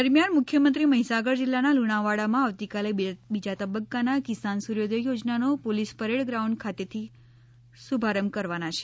દરમિયાન મુખ્યામંત્રી મહીસાગરજિલ્લાના લુણાવાડામાં આવતીકાલે બીજા તબકકાના કિસાન સૂર્યોદય યોજનાનો પોલીસ પરેડ ગ્રાઉન્ડણ ખાતેથી શુભારંભ કરવાના છે